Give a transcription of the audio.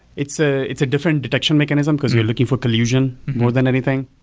it's ah it's a different detection mechanism because we're looking for collusion more than anything.